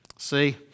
See